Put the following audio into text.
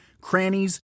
crannies